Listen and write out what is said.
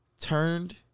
turned